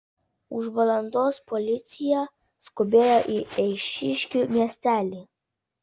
už valandos policija skubėjo į eišiškių miestelį